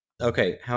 Okay